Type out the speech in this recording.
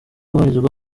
ubarizwa